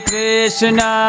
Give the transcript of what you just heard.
Krishna